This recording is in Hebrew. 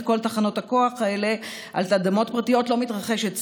כל תחנות הכוח האלה על אדמות פרטיות לא מתרחשת סתם.